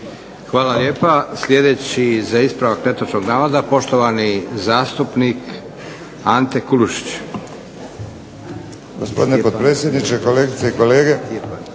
Hvala lijepa. Sljedeći ispravak netočnog navoda poštovana zastupnica Ana Lovrin.